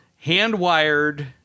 hand-wired